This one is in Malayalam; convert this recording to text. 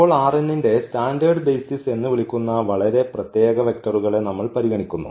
ഇപ്പോൾ ന്റെ സ്റ്റാൻഡേർഡ് ബെയ്സിസ് എന്ന് വിളിക്കുന്ന വളരെ പ്രത്യേക വെക്ടറുകളെ നമ്മൾ പരിഗണിക്കുന്നു